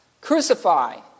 Crucify